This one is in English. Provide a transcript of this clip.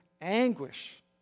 anguish